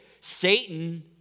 satan